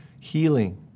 healing